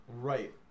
Right